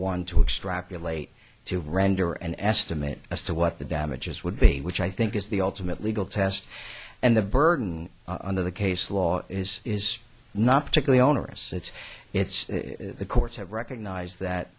one to extrapolate to render an estimate as to what the damages would be which i think is the ultimate legal test and the burden under the case law is is not particularly onerous it's it's the courts have recognized that